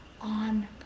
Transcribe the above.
on